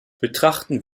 betrachten